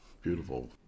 beautiful